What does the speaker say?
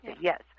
yes